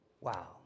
Wow